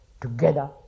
together